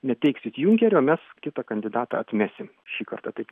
neteiksit junkerio mes kitą kandidatą atmesim šį kartą taip